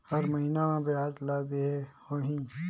हर महीना मा ब्याज ला देहे होही?